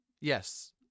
yes